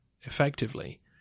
effectively